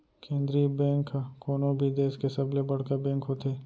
केंद्रीय बेंक ह कोनो भी देस के सबले बड़का बेंक होथे